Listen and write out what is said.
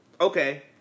Okay